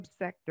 subsector